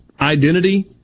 identity